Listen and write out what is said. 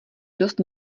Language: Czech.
dost